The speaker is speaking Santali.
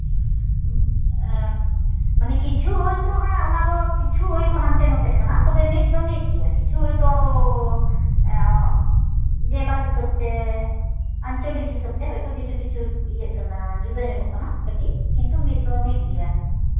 ᱢᱟᱱᱮ ᱠᱤᱪᱷᱩ ᱦᱚᱭᱛᱳ ᱦᱟᱸᱜ ᱚᱱᱟᱫᱚ ᱠᱤᱪᱷᱩ ᱦᱚᱭᱛᱳ ᱦᱟᱱᱛᱮ ᱱᱟᱛᱮᱜ ᱠᱟᱱᱟ ᱛᱚᱵᱮ ᱢᱤᱫ ᱫᱚ ᱢᱤᱫ ᱜᱮᱭᱟ ᱠᱤᱪᱷᱩ ᱦᱚᱭᱛᱳ ᱡᱮᱞᱟ ᱦᱤᱥᱟᱹᱵ ᱛᱮ ᱟᱧᱪᱚᱞᱤᱠ ᱦᱤᱥᱟᱹᱵ ᱛᱮ ᱠᱤᱪᱷᱩ ᱠᱤᱪᱷᱩ ᱦᱚᱭᱛᱚ ᱤᱭᱟᱹᱜ ᱠᱟᱱᱟ ᱡᱩᱫᱟᱹ ᱧᱚᱜᱚᱜ ᱠᱟᱱᱟ ᱠᱟᱹᱴᱤᱡ ᱠᱤᱱᱛᱩ ᱢᱤᱫ ᱫᱚ ᱢᱤᱫ ᱜᱮᱭᱟ